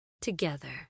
together